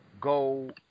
go